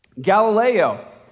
Galileo